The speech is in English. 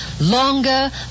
longer